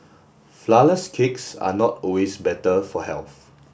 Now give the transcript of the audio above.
flourless cakes are not always better for health